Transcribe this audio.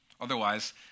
Otherwise